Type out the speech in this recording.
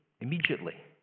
immediately